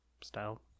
style